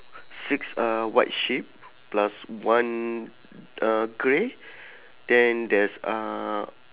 six uh white sheep plus one uh grey then there's uh